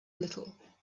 little